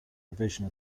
revision